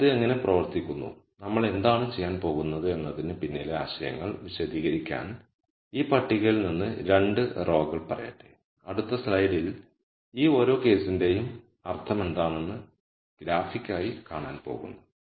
അതിനാൽ ഇത് എങ്ങനെ പ്രവർത്തിക്കുന്നു നമ്മൾ എന്താണ് ചെയ്യാൻ പോകുന്നത് എന്നതിന് പിന്നിലെ ആശയങ്ങൾ വിശദീകരിക്കാൻ ഈ പട്ടികയിൽ നിന്ന് രണ്ട് റോകൾ പറയട്ടെ അടുത്ത സ്ലൈഡിൽ ഈ ഓരോ കേസിന്റെയും അർത്ഥമെന്താണെന്ന് ഗ്രാഫിക്കായി കാണാൻ പോകുന്നു